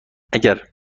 اگر